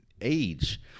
age